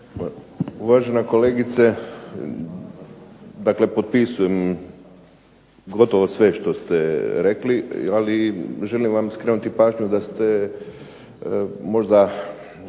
Uvažena kolegice dakle potpisujem gotovo sve što ste rekli, ali želim vam skrenuti pažnju da ste možda